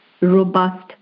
robust